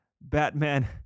Batman